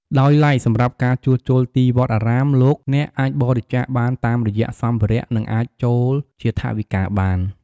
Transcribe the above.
ដោយឡែក សម្រាប់ការជួសជុលទីវត្តអារាម លោកអ្នកអាចបរិច្ចាគបានតាមរយៈសម្ភារៈ និងអាចចូលជាថវិកាបាន។